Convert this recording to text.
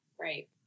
right